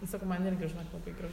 sakau man irgi žinok labai gražu sakau